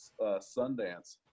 Sundance